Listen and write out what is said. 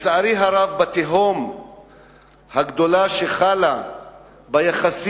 לצערי הרב, בתהום הגדולה שחלה ביחסים,